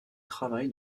travaille